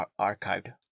archived